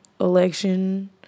election